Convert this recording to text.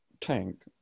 tank